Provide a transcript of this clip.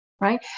right